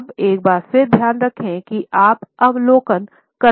अब एक बार फिर ध्यान रखें कि आप अवलोकन करने वाले हैं